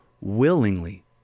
willingly